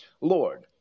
Lord